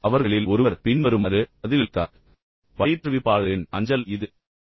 பயிற்றுவிப்பாளர் அவர்களுக்கு எழுதியபோது அவர்களில் ஒருவர் பின்வருமாறு பதிலளித்தார் பயிற்றுவிப்பாளரின் அஞ்சல் இது